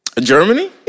Germany